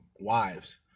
wives